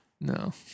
No